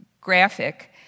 graphic